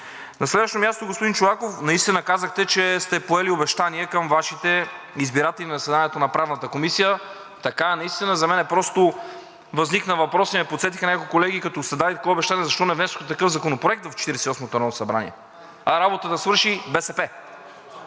На следващо място, господин Чолаков, наистина казахте, че сте поели обещание към Вашите избиратели на заседанието на Правната комисия, така е наистина, за мен просто възникна въпросът и ме подсетиха няколко колеги – като сте дали такова обещание, защо не внесохте такъв законопроект в Четиридесет и осмото народно събрание, а работата свърши БСП.